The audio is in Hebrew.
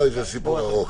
זה סיפור ארוך.